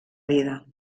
vida